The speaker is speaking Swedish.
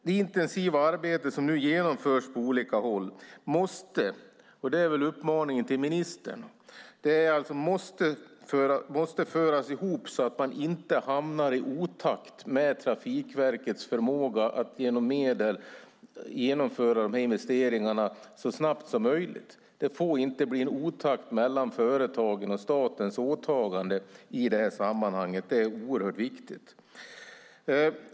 Det intensiva arbete som nu genomförs på olika håll måste - och det är uppmaningen till ministern - föras ihop så att man inte hamnar i otakt med tanke på Trafikverkets förmåga att genomföra investeringarna så snabbt som möjligt. Det får inte bli otakt mellan företagens och statens åtaganden i det här sammanhanget, det är oerhört viktigt.